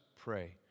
pray